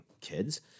kids